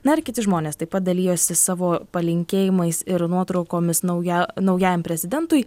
na ir kiti žmonės taip pat dalijosi savo palinkėjimais ir nuotraukomis nauja naujajam prezidentui